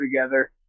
together